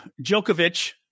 Djokovic